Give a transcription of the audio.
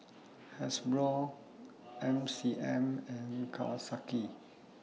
Hasbro M C M and Kawasaki